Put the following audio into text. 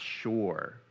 sure